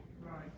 Right